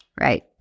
Right